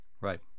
right